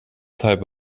type